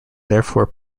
therefore